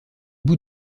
bout